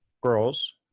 girls